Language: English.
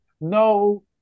no